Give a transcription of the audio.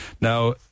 Now